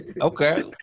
Okay